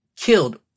killed